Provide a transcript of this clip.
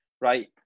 right